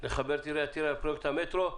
לחבר את טירה לפרויקט המטרו.